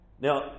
Now